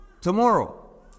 Tomorrow